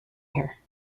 here